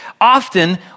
often